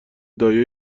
دایه